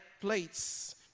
plates